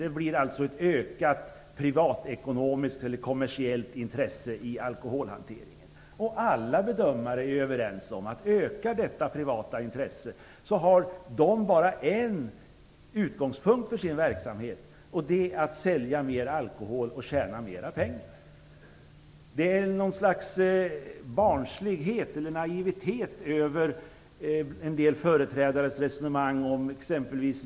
Det blir alltså ett ökat privatekonomiskt kommersiellt intresse i alkoholhanteringen. Alla bedömare är överens om vad det innebär om detta privata intresse ökar; man har bara en utgångspunkt för sin verksamhet, nämligen att sälja mer alkohol och tjäna mer pengar. Det ligger en viss naivitet över resonemanget om minibarerna, t.ex.